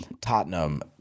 Tottenham